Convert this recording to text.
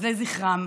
אז לזכרם,